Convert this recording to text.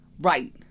Right